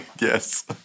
Yes